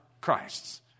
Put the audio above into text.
Christ's